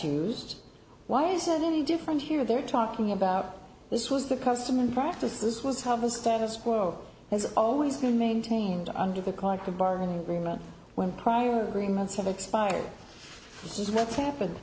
used why is it any different here they're talking about this was the custom in practice this was how the status quo has always been maintained under the collective bargaining agreement when prior agreements have expired this is what's happened